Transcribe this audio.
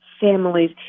families